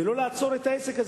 ולא לעצור את העסק הזה.